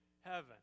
heaven